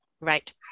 right